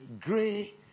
gray